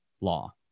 Law